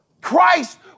Christ